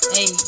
Hey